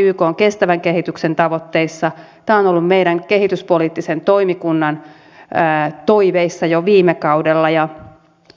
tämä on vahvasti ykn kestävän kehityksen tavoitteissa ja tämä on ollut meidän kehityspoliittisen toimikuntamme toiveissa jo viime kaudella ja